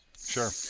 Sure